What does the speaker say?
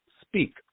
Speak